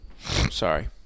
sorry